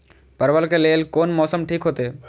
परवल के लेल कोन मौसम ठीक होते?